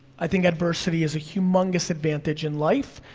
i think adversity is a humongous advantage in life,